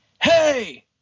hey